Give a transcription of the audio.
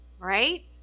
right